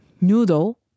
noodle